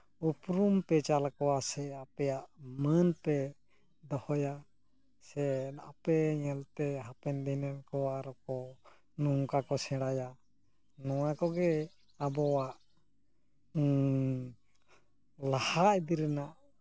ᱩᱯᱨᱩᱢ ᱯᱮ ᱪᱟᱞ ᱟᱠᱚᱣᱟ ᱥᱮ ᱟᱯᱮᱭᱟᱜ ᱢᱟᱹᱱ ᱯᱮ ᱫᱚᱦᱚᱭᱟ ᱥᱮ ᱟᱯᱮ ᱧᱮᱞᱛᱮ ᱦᱟᱯᱮᱱ ᱫᱤᱱᱮᱱ ᱠᱚ ᱟᱨᱚᱠᱚ ᱱᱚᱝᱠᱟ ᱠᱚ ᱥᱮᱬᱟᱭᱟ ᱱᱚᱣᱟ ᱠᱚᱜᱮ ᱟᱵᱚᱣᱟᱜ ᱞᱟᱦᱟ ᱤᱫᱤ ᱨᱮᱱᱟᱜ